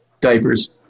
diapers